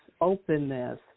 openness